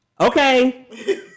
okay